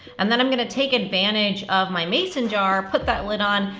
and then i'm gonna take advantage of my mason jar, put that lid on,